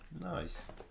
Nice